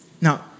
Now